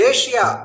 Asia